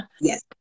Yes